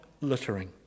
littering